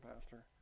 pastor